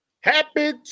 happy